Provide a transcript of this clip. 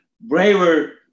braver